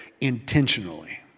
intentionally